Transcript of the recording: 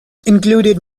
included